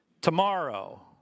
tomorrow